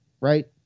right